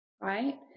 right